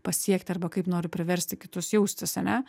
pasiekti arba kaip noriu priversti kitus jaustis ane